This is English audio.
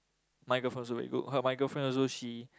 my girlfriend also very good my girlfriend also she